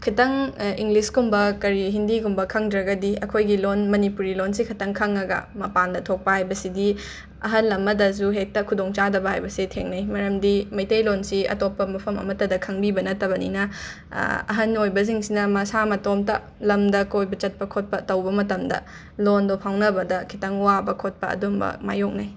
ꯈꯤꯇꯪ ꯏꯪꯂꯤꯁꯀꯨꯝꯕ ꯀꯔꯤ ꯍꯤꯟꯗꯤꯒꯨꯝꯕ ꯈꯪꯗ꯭ꯔꯒꯗꯤ ꯑꯩꯈꯣꯏꯒꯤ ꯂꯣꯟ ꯃꯅꯤꯄꯨꯔꯤ ꯂꯣꯟꯁꯤ ꯈꯛꯇꯪ ꯈꯪꯉꯒ ꯃꯄꯥꯟꯗ ꯊꯣꯛꯄ ꯍꯥꯏꯕꯁꯤꯗꯤ ꯑꯍꯜ ꯑꯃꯗꯁꯨ ꯍꯦꯛꯇ ꯈꯨꯗꯣꯡ ꯆꯥꯗꯕ ꯍꯥꯏꯕꯁꯤ ꯊꯦꯡꯅꯩ ꯃꯔꯝꯗꯤ ꯃꯩꯇꯩꯂꯣꯟꯁꯤ ꯑꯇꯣꯞꯄ ꯃꯐꯝ ꯑꯃꯠꯇꯗ ꯈꯪꯕꯤꯕ ꯅꯠꯇꯕꯅꯤꯅ ꯑꯍꯟ ꯑꯣꯏꯕꯁꯤꯡꯁꯤꯅ ꯃꯁꯥ ꯃꯇꯣꯝꯇ ꯂꯝꯗ ꯀꯣꯏꯕ ꯆꯠꯄ ꯈꯣꯠꯄ ꯇꯧꯕ ꯃꯇꯝꯗ ꯂꯣꯟꯗꯣ ꯐꯥꯎꯅꯕꯗ ꯈꯤꯇꯪ ꯋꯥꯕ ꯈꯣꯠꯄ ꯑꯗꯨꯒꯨꯝꯕ ꯃꯥꯏꯌꯣꯛꯅꯩ